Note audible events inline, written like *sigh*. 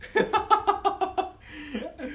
*laughs*